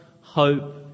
hope